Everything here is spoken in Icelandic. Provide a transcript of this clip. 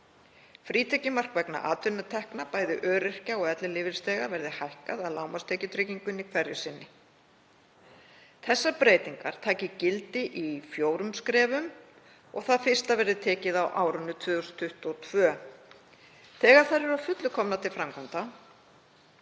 Frítekjumark vegna atvinnutekna bæði öryrkja og ellilífeyrisþega verði hækkað að lágmarkstekjutryggingu hverju sinni. Þessar breytingar taki gildi í fjórum skrefum og það fyrsta verði tekið á árinu 2022. Þegar þær eru að fullu komnar til framkvæmda